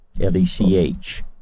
L-E-C-H